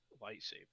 lightsaber